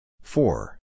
Four